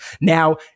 Now